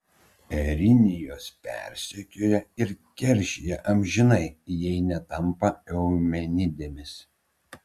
erinijos persekioja ir keršija amžinai jei netampa eumenidėmis